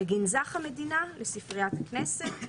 לספריית הכנסת,